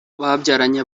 babyaranye